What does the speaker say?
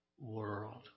world